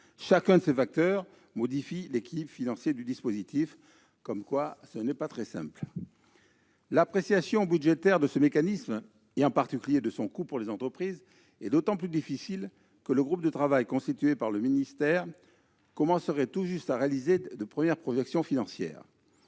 Chacun de ces facteurs modifie l'équilibre financier du dispositif. Ce n'est pas très simple ... L'appréciation budgétaire de ce mécanisme, en particulier de son coût pour les entreprises, est d'autant plus difficile que le groupe de travail constitué par le ministère commencerait tout juste à réaliser de premières projections financières.